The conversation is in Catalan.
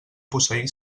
posseir